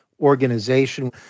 organization